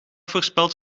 voorspeld